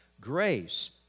grace